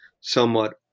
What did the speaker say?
somewhat